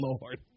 Lord